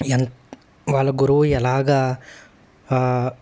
ఎంత వాళ్ళ గురువు ఎలాగా